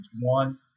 One